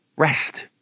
rest